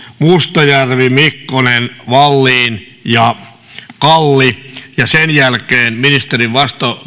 mustajärvi mikkonen wallin ja kalli sen jälkeen ministerin vastaus